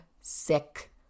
sick